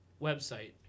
website